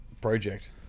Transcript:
project